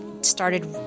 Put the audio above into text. started